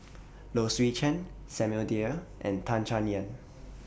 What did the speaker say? Low Swee Chen Samuel Dyer and Tan Chay Yan